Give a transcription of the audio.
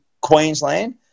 Queensland